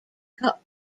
cup